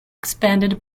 expanded